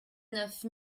neuf